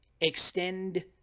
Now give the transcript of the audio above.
extend